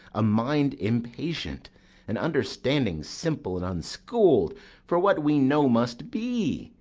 a mind impatient an understanding simple and unschool'd for what we know must be,